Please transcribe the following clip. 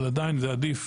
אבל עדיין זה עדיף